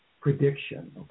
prediction